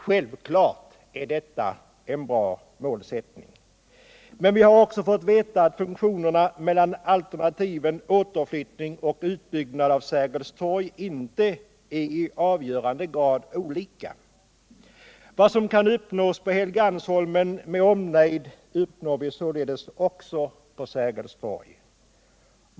Självklart är detta en bra målsättning. Men vi har också fått veta att funktionerna hos alternativet återflyttning till Helgeandsholmen och hos en utbyggnad av Sergelstorgsalternativet inte är i avgörande grad olika. Vad som kan uppnås på Helgandsholmen med omnejd kan således också uppnås vid Sergels torg.